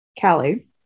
Callie